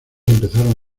empezaron